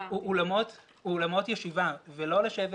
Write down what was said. אולמות ישיבה ולא לשבת